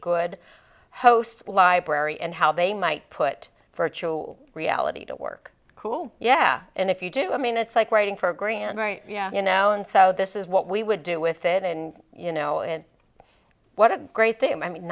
good host library and how they might put virtual reality to work cool yeah and if you do i mean it's like waiting for a green right you know and so this is what we would do with it and you know in what a great thing i mean